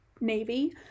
Navy